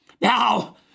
Now